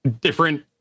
different